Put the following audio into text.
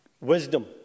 Wisdom